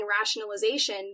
rationalization